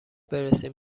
برسیم